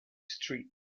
street